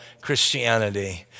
Christianity